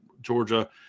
Georgia